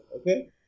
okay